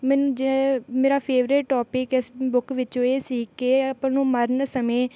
ਮੈਨੂੰ ਜੇ ਮੇਰਾ ਫੇਵਰੇਟ ਟੋਪਿਕ ਇਸ ਬੁੱਕ ਵਿੱਚੋਂ ਇਹ ਸੀ ਕਿ ਆਪਾਂ ਨੂੰ ਮਰਨ ਸਮੇਂ